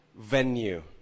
venue